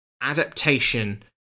Adaptation